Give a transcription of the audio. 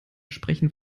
sprechen